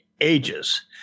ages